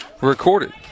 recorded